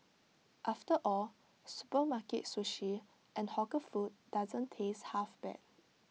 after all supermarket sushi and hawker food doesn't taste half bad